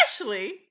Ashley